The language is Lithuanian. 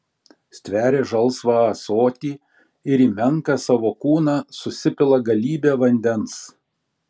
stveria žalsvą ąsotį ir į menką savo kūną susipila galybę vandens